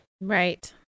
Right